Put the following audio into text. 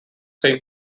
same